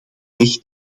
weg